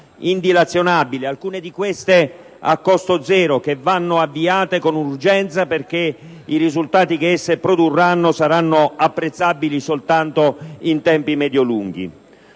indilazionabili, alcune di queste a costo zero, che vanno avviate con urgenza perché i risultati che esse produrranno saranno apprezzabili soltanto in tempi medio lunghi.